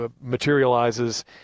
materializes